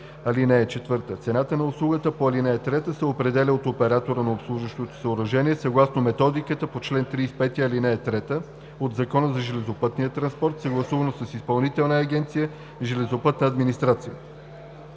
храните. (4) Цената на услугата по ал. 3 се определя от оператора на обслужващото съоръжение съгласно методиката по чл. 35, ал. 3 от Закона за железопътния транспорт, съгласувано с Изпълнителна агенция „Железопътна администрация“.“